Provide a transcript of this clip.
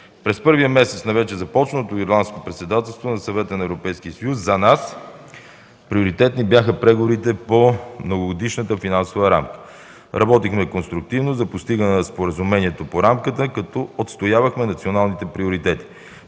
През първия месец на вече започнало Ирландско председателство на Съвета на Европейския съюз за нас приоритетни бяха преговорите по Многогодишната финансова рамка. Работихме конструктивно за постигане на споразумението по рамката, като отстоявахме националните приоритети.